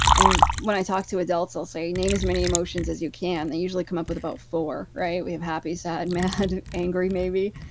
and when i talk to adults i'll say name as many emotions as you can. they usually come up with about four. we have happy, sad, mad, angry, maybe.